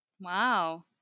Wow